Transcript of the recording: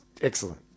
excellent